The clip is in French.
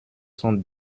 cent